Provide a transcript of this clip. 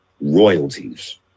royalties